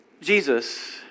Jesus